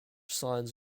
signs